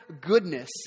goodness